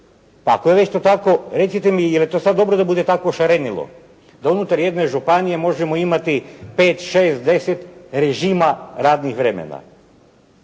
Pa ako je to već tako, recite mi je li to sad dobro da bude takvo šarenilo, da unutar jedne županije možemo imati 5, 6, 10 režima radnih vremena.